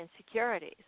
insecurities